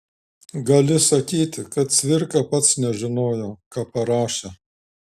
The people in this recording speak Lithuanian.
gali sakyti kad cvirka pats nežinojo ką parašė